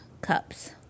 cups